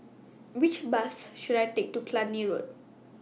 Which Bus should I Take to Cluny Road